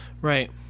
Right